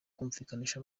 kumvikanisha